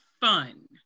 fun